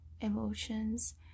emotions